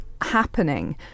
happening